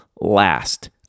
last